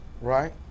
right